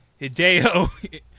Hideo